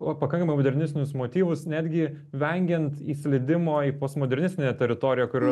o pakankamai modernistinius motyvus netgi vengiant įslydimo į postmodernistinę teritoriją kur